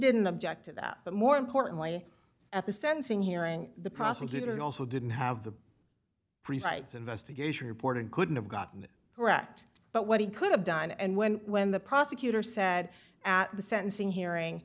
didn't object to that but more importantly at the sentencing hearing the prosecutor also didn't have the precise investigation report and couldn't have gotten it correct but what he could have done and when when the prosecutor said at the sentencing hearing